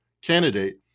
candidate